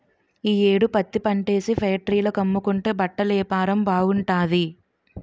ఈ యేడు పత్తిపంటేసి ఫేట్రీల కమ్ముకుంటే బట్టలేపారం బాగుంటాది